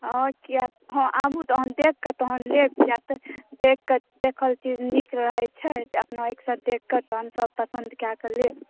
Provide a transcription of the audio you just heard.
हॅं आबु देखकऽ तहन लेब देखकऽ देखल चीज नहि छै हमरा सभ ओहिठाम देखकऽ हमसभ पसन्द कयकऽ अपन लेब